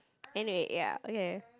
anyway ya okay